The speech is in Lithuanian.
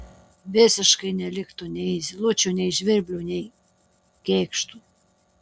visiškai neliktų nei zylučių nei žvirblių nei kėkštų